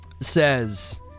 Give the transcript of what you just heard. says